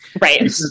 right